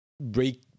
break